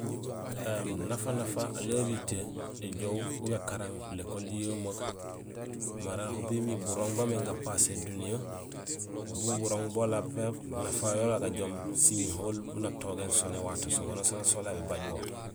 Nafanafa alé haritee éjoow bu gakarang l'école yemeek mara ho bémiir burooŋ baamé gapasé duniya bun burooŋ bola pépé, nafa yola gajoom simihool miin atogéén so nawato so wanusaan waan asolahé bébaaj wo.